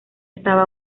estaba